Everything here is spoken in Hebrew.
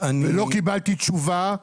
ולא קיבלתי תשובה.